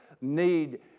need